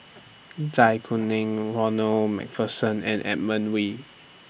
Zai Kuning Ronald MacPherson and Edmund Wee